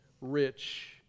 rich